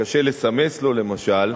קשה לסמס לו למשל,